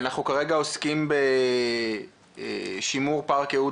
אנחנו כרגע עוסקים בשימור פארק אהוד